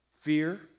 fear